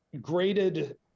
graded